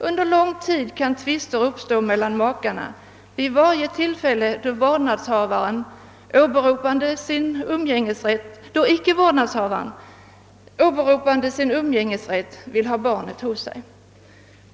Under lång tid kan tvister uppstå mellan makarna vid varje tillfälle då icke-vårdnadshavaren, åberopande sin umgängesrätt, vill ha barnet hos sig.